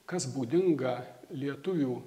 kas būdinga lietuvių